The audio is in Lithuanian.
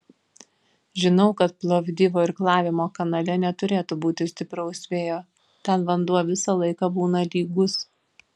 žinau kad plovdivo irklavimo kanale neturėtų būti stipraus vėjo ten vanduo visą laiką būna lygus